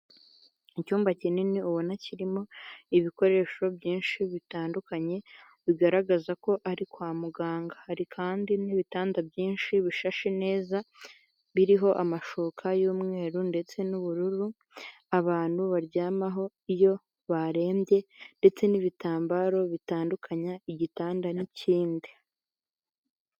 Icyumba kinini ubona kirimo ibikoresho byinshi bitandukanye bigaragaza ko ari kwa muganga, hari kandi n'ibitanda byinshi bishashi neza biriho amashuka y'umweru ndetse n'ubururu, abantu baryamaho iyo barembye; ndetse n'ibitambaro bitandukanya igitanda n'ikindi.